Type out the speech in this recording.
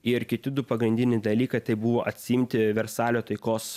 ir kiti du pagrindiniai dalykai tai buvo atsiimti versalio taikos